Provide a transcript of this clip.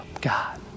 God